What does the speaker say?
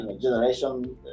generation